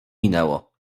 minęło